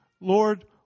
Lord